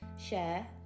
share